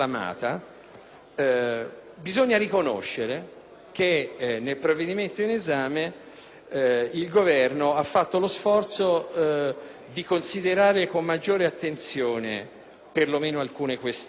bisogna riconoscere che nel provvedimento in esame il Governo ha fatto lo sforzo di considerare con maggiore attenzione per lo meno alcune questioni.